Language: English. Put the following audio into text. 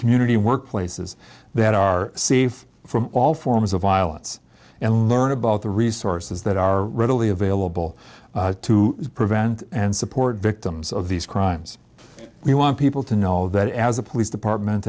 community work places that are safe from all forms of violence and learn about the resources that are readily available to prevent and support victims of these crimes we want people to know that as a police department